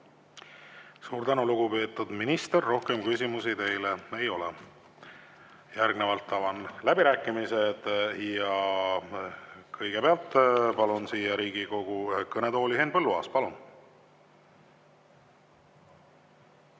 Suur tänu, lugupeetud minister! Rohkem küsimusi teile ei ole. Järgnevalt avan läbirääkimised ja kõigepealt palun siia Riigikogu kõnetooli Henn Põlluaasa. Palun!